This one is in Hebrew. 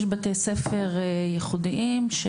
יש בתי ספר ייחודיים.